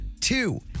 Two